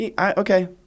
Okay